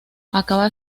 acaba